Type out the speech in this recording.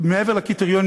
מעבר לקריטריונים,